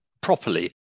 properly